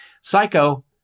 Psycho